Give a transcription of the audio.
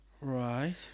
Right